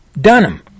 Dunham